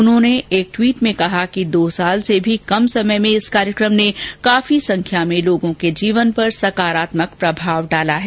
उन्होंने एक ट्वीट में कहा कि दो वर्ष से भी कम समय में इस कार्यक्रम ने काफी संख्या में लोगों के जीवन पर सकारात्मक प्रभाव डाला है